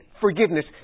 forgiveness